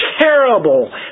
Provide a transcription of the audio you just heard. terrible